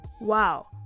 Wow